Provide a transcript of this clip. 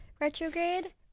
retrograde